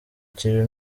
kiri